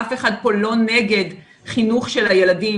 אף אחד פה לא נגד חינוך של הילדים,